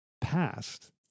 past